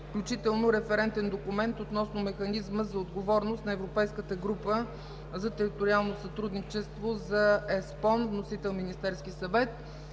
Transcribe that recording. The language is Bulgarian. включително Референтен документ относно Механизма за отговорност на Европейската група за териториално сътрудничество за ЕСПОН. Вносител – Министерският съвет.